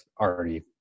already